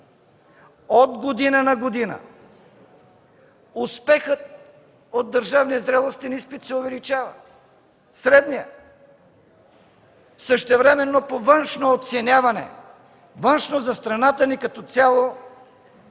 от година на година успехът от държавния зрелостен изпит се увеличава! Средният! Същевременно, по външно оценяване – външно за страната ни като цяло,